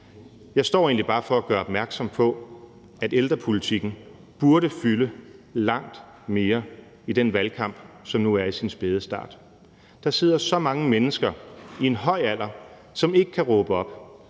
Jeg står her egentlig bare for at gøre opmærksom på, at ældrepolitikken burde fylde langt mere i den valgkamp, som nu er i sin spæde start. Der sidder så mange mennesker i en høj alder, som ikke kan råbe op,